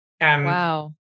wow